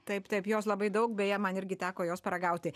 taip taip jos labai daug beje man irgi teko jos paragauti